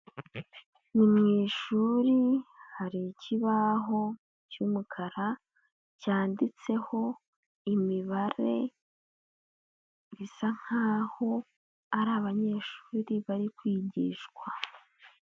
Ni mu ishuri hari ikibaho cy'umukara cyanditseho imibare, bisa nkaho ari abanyeshuri bari kwigishwa.